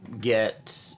get